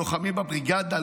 לוחמים בבריגדה,